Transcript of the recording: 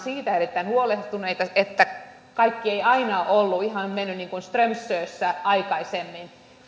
siitä erittäin huolestuneita että kaikki ei aina ole ihan mennyt niin kuin strömsössä aikaisemmin